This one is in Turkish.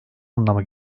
anlama